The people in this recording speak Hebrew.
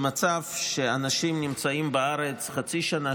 במצב שאנשים נמצאים בארץ חצי שנה,